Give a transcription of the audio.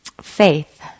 faith